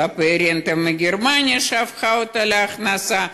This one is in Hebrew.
כלפי הרנטה מגרמניה שהפכה להכנסה,